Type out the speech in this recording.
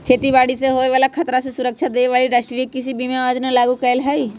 खेती बाड़ी से होय बला खतरा से सुरक्षा देबे लागी राष्ट्रीय कृषि बीमा योजना लागू कएले हइ